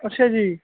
ਅੱਛਾ ਜੀ